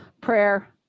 prayer